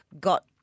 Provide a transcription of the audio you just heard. got